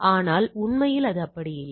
ஆனால் உண்மையில் அது அப்படி இல்லை